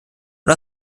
und